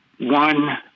one